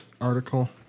article